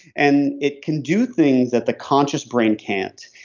and it can do things that the conscious brain can't.